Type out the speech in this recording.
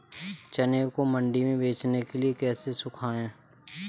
चने को मंडी में बेचने के लिए कैसे सुखाएँ?